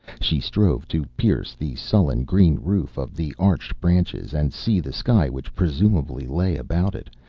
she strove to pierce the sullen green roof of the arched branches and see the sky which presumably lay about it,